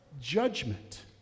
judgment